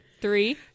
three